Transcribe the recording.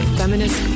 feminist